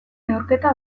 neurketa